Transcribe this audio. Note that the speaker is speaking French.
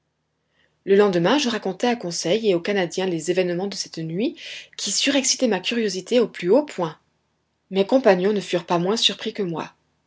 le lendemain je racontai à conseil et au canadien les événements de cette nuit qui surexcitaient ma curiosité au plus haut point mes compagnons ne furent pas moins surpris que moi